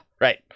right